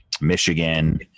Michigan